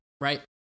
Right